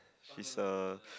she's a